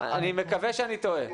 אני מקווה שאני טועה.